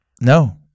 no